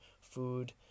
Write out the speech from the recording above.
food